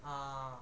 ah